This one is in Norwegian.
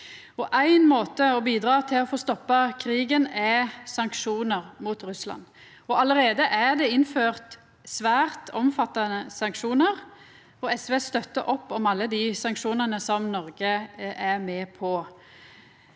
Éin måte å bidra til å få stoppa krigen er sanksjonar mot Russland. Allereie er det innført svært omfattande sanksjonar, og SV støttar opp om alle dei sanksjonane som Noreg er med på.